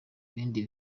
ibindi